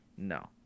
No